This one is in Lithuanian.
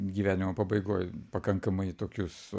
gyvenimo pabaigoj pakankamai tokius